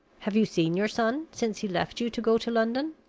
have you seen your son since he left you to go to london?